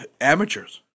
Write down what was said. amateurs